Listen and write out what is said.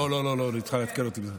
לא, לא, היא צריכה לעדכן אותי.